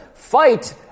fight